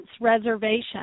reservation